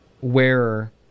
wearer